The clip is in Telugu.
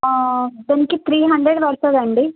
దీనికి త్రీ హండ్రెడ్ పడుతుందండి